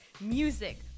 music